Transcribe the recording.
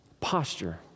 Posture